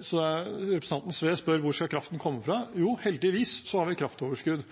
så når representanten Sve spør hvor kraften skal komme fra: Jo, heldigvis har vi kraftoverskudd,